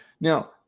Now